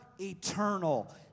eternal